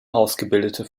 ausgebildete